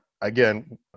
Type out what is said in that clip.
again